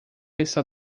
está